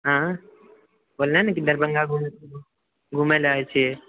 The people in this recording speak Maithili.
आँ बोलले न कि दरभंगा घुम घुमयऽ आयल छी